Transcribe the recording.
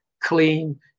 clean